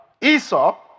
Esau